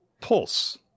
Pulse